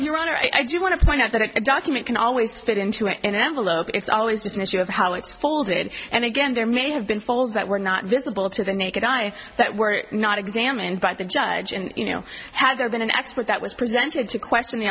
honor i do want to point out that a document can always fit into an envelope it's always just an issue of how it's folded and again there may have been folds that were not visible to the naked eye that were not examined by the judge and you know had there been an expert that was presented to question